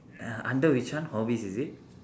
uh under which one hobbies is it